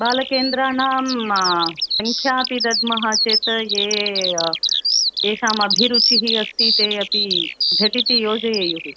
बालकेन्द्राणां सङ्ख्याम् अपि दद्मः चेत् ये येषामभिरुचिः अस्ति ते अपि झटिति योजयेयुः